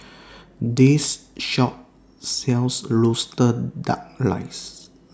This Shop sells Roasted Duck Rice